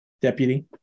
Deputy